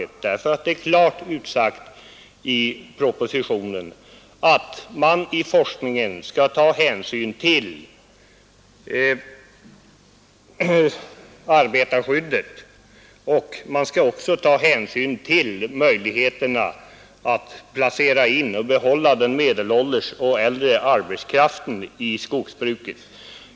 Det är nämligen klart utsagt i propositionen att man i forskningen skall ta hänsyn till arbetarskyddet. Man skall också ta hänsyn till möjligheterna att placera och behålla den medelålders och den äldre arbetskraften i skogsbruket.